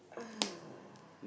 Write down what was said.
uh